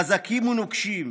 חזקים ונוקשים,